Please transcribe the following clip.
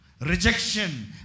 Rejection